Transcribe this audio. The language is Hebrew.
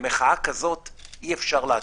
ומחאה כזאת אי-אפשר לעצור.